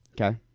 Okay